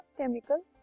chemical